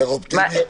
שלום.